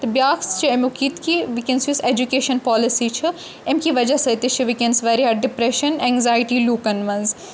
تہٕ بیٛاکھ چھُ اَمیُک یِتہِ کہِ وٕنکیٚنَس یُس ایٚجُکیشَن پالسی چھِ امہِ کہِ وَجہ سۭتۍ تہِ چھِ وٕنکیٚنس واریاہ ڈِپریٚشَن ایٚنٛزایٹی لوٗکَن منٛز